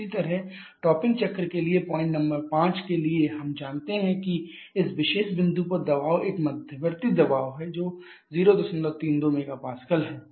इसी तरह टॉपिंग चक्र के लिए पॉइंट नंबर 5 के लिए हम जानते हैं कि इस विशेष बिंदु पर दबाव एक मध्यवर्ती दबाव है जो 032 MPa है